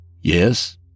Yes